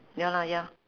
ya lah ya